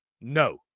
No